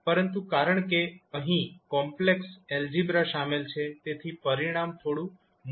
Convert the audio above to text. પરંતુ કારણ કે અહીં કોમ્પ્લેક્સ એલ્જીબ્રા શામેલ છે તેથી પરિણામ થોડું મુશ્કેલ હોઈ શકે છે